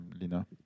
Lina